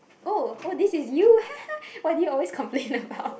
oh oh this is you what do you always complain about